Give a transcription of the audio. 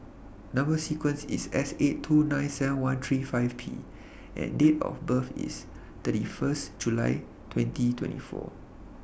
Number sequence IS S eight two nine seven one three five P and Date of birth IS thirty First July twenty twenty four